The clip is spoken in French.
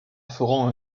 feront